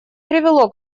привело